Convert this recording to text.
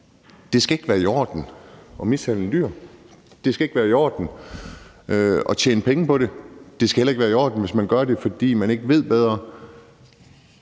det skal ikke være i orden at mishandle dyr. Det skal ikke være i orden at tjene penge på det. Det skal heller ikke være i orden, hvis man gør det, fordi man ikke ved bedre.